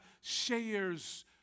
shares